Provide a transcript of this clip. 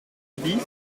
bis